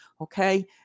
okay